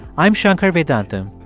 i'm shankar vedantam,